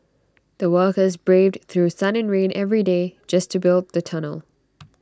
the workers braved through sun and rain every day just to build the tunnel